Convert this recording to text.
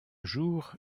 jour